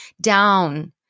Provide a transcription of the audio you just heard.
down